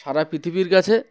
সারা পৃথিবীর কাছে